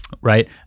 right